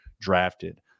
drafted